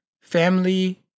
Family